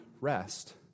rest